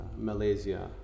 Malaysia